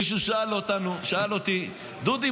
מישהו שאל אותי: דודי,